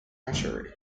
hatchery